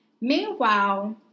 Meanwhile